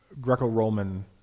Greco-Roman